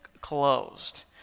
closed